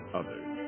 others